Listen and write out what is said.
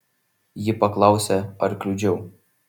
ji paklausė ar kliudžiau